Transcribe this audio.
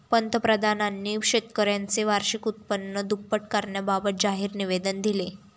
पंतप्रधानांनी शेतकऱ्यांचे वार्षिक उत्पन्न दुप्पट करण्याबाबत जाहीर निवेदन दिले